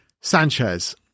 Sanchez